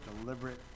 deliberate